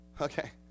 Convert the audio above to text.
Okay